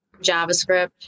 javascript